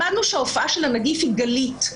למדנו שההופעה של הנגיף היא גלית.